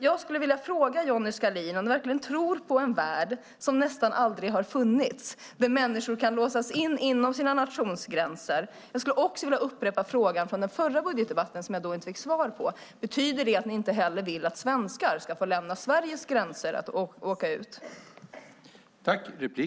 Jag vill fråga Johnny Skalin om ni verkligen tror på en värld som nästan aldrig har funnits där människor kan låsas in inom sina nationsgränser. Jag upprepar också frågan som jag inte fick svar på i förra budgetdebatten: Betyder det att ni inte heller vill att svenskar ska få lämna Sveriges gränser och åka ut i världen?